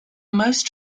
most